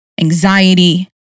anxiety